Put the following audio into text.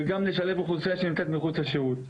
וגם לשלב אוכלוסייה שנמצאת מחוץ לשירות.